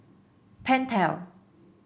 pentel